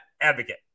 Advocate